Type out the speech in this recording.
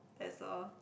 that's all